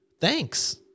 Thanks